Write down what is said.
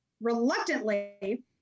reluctantly